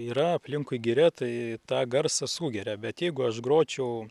yra aplinkui giria tai tą garsą sugeria bet jeigu aš gročiau